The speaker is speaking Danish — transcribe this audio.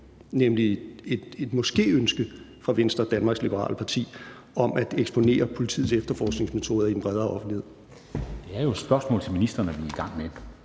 nemlig et – måske – ønske fra Venstre, Danmarks Liberale Parti, om at eksponere politiets efterforskningsmetoder i den bredere offentlighed. Kl. 13:13 Formanden (Henrik Dam